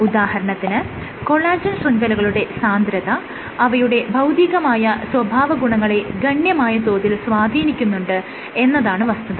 ഉദാഹരണത്തിന് കൊളാജെൻ ശൃംഖലകളുടെ സാന്ദ്രത അവയുടെ ഭൌതികമായ സ്വഭാവഗുണങ്ങളെ ഗണ്യമായ തോതിൽ സ്വാധീനിക്കുന്നുണ്ട് എന്നതാണ് വസ്തുത